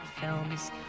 films